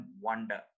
wonder